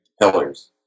pillars